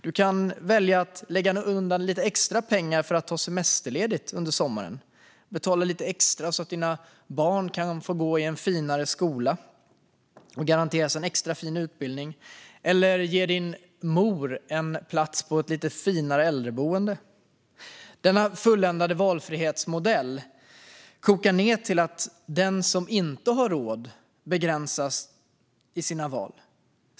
Du kan välja att lägga undan lite extra pengar för att ta semesterledigt under sommaren, betala lite extra så att dina barn kan få gå i en finare skola och garanteras en extra fin utbildning eller ge din mor en plats på ett lite finare äldreboende. Denna fulländade valfrihetsmodell kokar ned till att den som inte har råd begränsas i sina val.